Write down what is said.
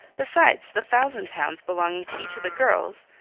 besides the thousand pounds belonging to each of the girls,